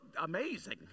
amazing